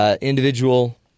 individual